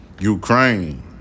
Ukraine